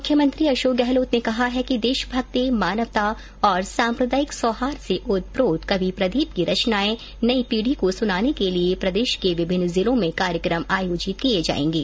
मुख्यमंत्री अशोक गहलोत ने कहा है कि देशभक्ति मानवता और साम्प्रदायिक सौहार्द से ओत प्रोत कवि प्रदीप की रचनाए नई पीढ़ी को सुनाने के लिए प्रदेश के विभिन्न जिलों में कार्यक्रम आयोजित किए जाएंगे